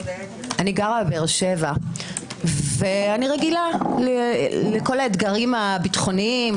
אני גרה בבאר שבע ורגילה לכל האתגרים הביטחוניים,